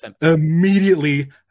Immediately